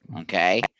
okay